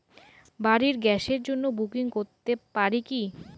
বাড়ির গ্যাসের জন্য বুকিং করতে পারি কি?